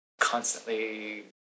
constantly